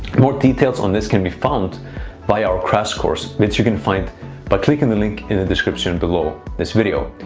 more details on this can be found via our crash course, which you can find by clicking the link in the description below this video.